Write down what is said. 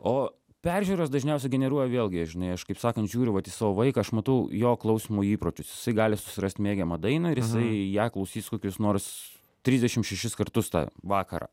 o peržiūros dažniausiai generuoja vėlgi žinai aš kaip sakant žiūriu vat į savo vaiką aš matau jo klausymo įpročius jisai gali susirast mėgiamą dainą ir jisai ją klausys kokius nors trisdešim šešis kartus tą vakarą